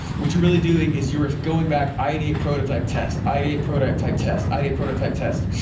what you're really doing is you're going back, ideate, prototype, test, ideate, prototype, test, ideate prototype, test.